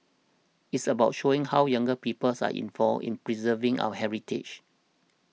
it's about showing how younger peoples are involved in preserving our heritage